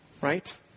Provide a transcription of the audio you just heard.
right